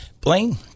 Blaine